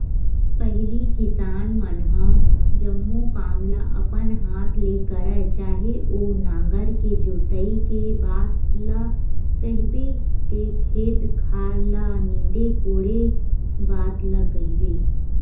पहिली किसान मन ह जम्मो काम ल अपन हात ले करय चाहे ओ नांगर के जोतई के बात ल कहिबे ते खेत खार ल नींदे कोड़े बात ल कहिबे